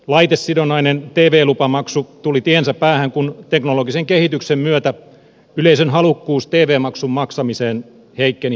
laitesidonnainen tv lupamaksu tuli tiensä päähän kun teknologisen kehityksen myötä yleisön halukkuus tv maksun maksamiseen heikkeni heikkenemistään